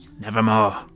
Nevermore